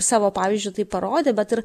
savo pavyzdžiu tai parodė bet ir